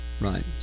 Right